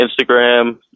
Instagram